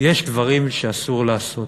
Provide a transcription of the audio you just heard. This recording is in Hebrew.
יש דברים שאסור לעשות.